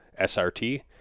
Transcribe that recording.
SRT